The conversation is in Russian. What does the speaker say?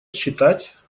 считать